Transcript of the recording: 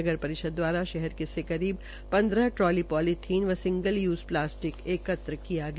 नगर रिषद द्वारा शहर से करीब न्द्रह ट्राली ॉलीथीन व सिंगल यूज प्लास्टिक एकत्रकिया गया